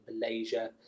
malaysia